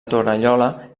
torallola